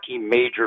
major